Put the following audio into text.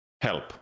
help